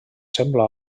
sembla